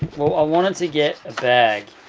well i wanted to get a bag,